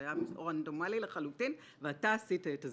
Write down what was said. זה היה רדנומלי לחלוטין, ואתה עשית את הזיקה.